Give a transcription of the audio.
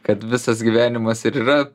kad visas gyvenimas ir yra